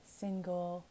single